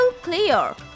clear